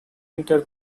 enter